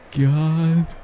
god